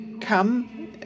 come